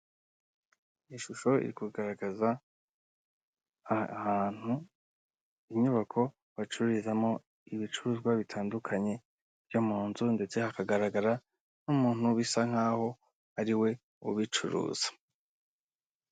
Ishusho iri kugaragaza ahantu inyubako, bacururizamo, ibicuruzwa bitandukanye byo mu nzu, ndetse hakagaragara n'umuntu bisa nkaho ariwe ubicuruza.